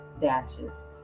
dashes